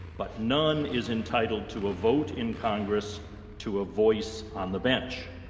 but none is entitled to a vote in congress to a voice on the bench.